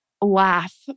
laugh